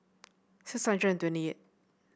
six hundred and twenty eight